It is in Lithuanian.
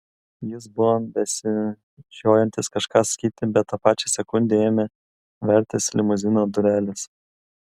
jis buvo besižiojantis kažką sakyti bet tą pačią sekundę ėmė vertis limuzino durelės